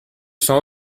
sang